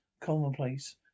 commonplace